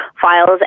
files